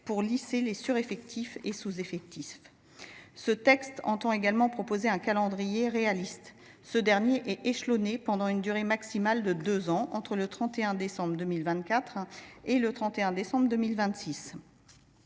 pour lisser les sureffectifs ou sous effectifs. Ce texte prévoit également un calendrier réaliste, échelonné sur une durée maximale de deux ans, entre le 31 décembre 2024 et le 31 décembre 2026.